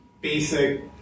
basic